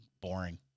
boring